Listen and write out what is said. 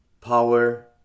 power